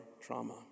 trauma